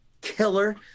killer